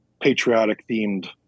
patriotic-themed